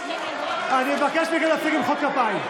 אני מבקש מכם להפסיק למחוא כפיים.